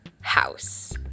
House